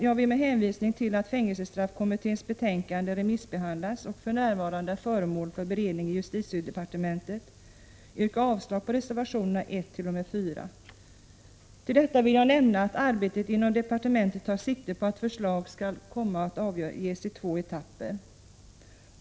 Jag vill med hänvisning till att fängelsestraffkommitténs betänkande remissbehandlats och för närvarande är föremål för beredning i justitiedepartementet yrka avslag på reservationerna 1—4. Till detta vill jag nämna att arbetet inom departementet tar sikte på att förslag skall avges i två etapper.